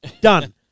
Done